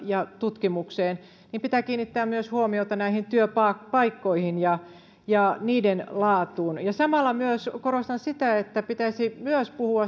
ja tutkimukseen niin pitää kiinnittää huomiota myös näihin työpaikkoihin ja ja niiden laatuun samalla myös korostan sitä että pitäisi puhua myös